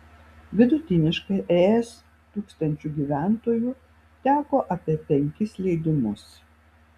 vidutiniškai es tūkstančiu gyventojų teko apie penkis leidimus